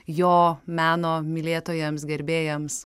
jo meno mylėtojams gerbėjams